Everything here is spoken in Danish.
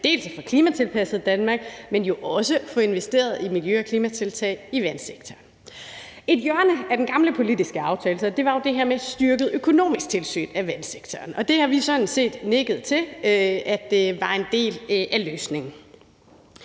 dels at få klimatilpasset Danmark, dels jo også at få investeret i miljø- og klimatiltag i vandsektoren. Et hjørne af den gamle politiske aftale var jo det her med et styrket økonomisk tilsyn med vandsektoren, og det har vi sådan set nikket til var en del af løsningen.